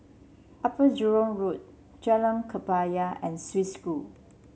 Upper Jurong Road Jalan Kebaya and Swiss School